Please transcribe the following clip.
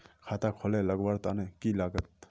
खाता खोले लगवार तने की लागत?